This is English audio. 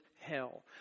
hell